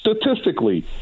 statistically